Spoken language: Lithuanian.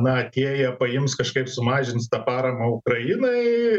na atėję paims kažkaip sumažins tą paramą ukrainai